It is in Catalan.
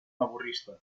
laborista